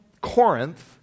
Corinth